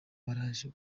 baraje